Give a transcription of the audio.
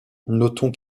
notons